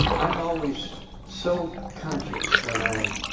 i'm always so conscious, when i